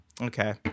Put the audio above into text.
okay